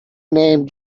named